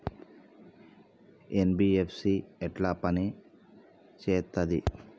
NBFC ఎట్ల పని చేత్తది?